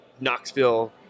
Knoxville